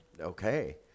okay